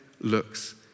looks